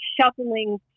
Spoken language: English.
shuffling